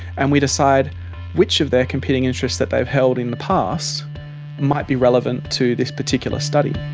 and we decide which of their competing interests that they have held in the past might be relevant to this particular study.